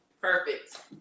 perfect